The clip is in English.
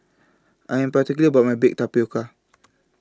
I Am particular about My Baked Tapioca